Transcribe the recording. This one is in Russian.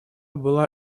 была